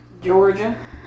Georgia